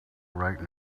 right